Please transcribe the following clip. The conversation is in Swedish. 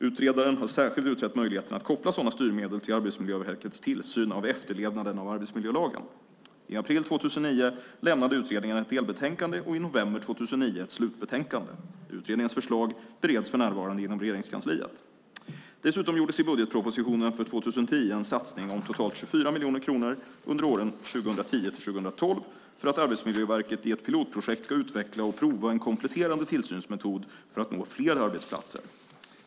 Utredaren har särskilt utrett möjligheterna att koppla sådana styrmedel till Arbetsmiljöverkets tillsyn av efterlevnaden av arbetsmiljölagen. I april 2009 lämnade utredningen ett delbetänkande och i november 2009 ett slutbetänkande. Utredningens förslag bereds för närvarande inom Regeringskansliet. Dessutom gjordes i budgetpropositionen för 2010 en satsning om totalt 24 miljoner kronor under åren 2010-2012 för att Arbetsmiljöverket i ett pilotprojekt ska utveckla och prova en kompletterande tillsynsmetod för att nå fler arbetsplatser.